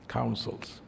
Councils